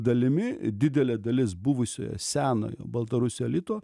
dalimi didelė dalis buvusiojo senojo baltarusių elito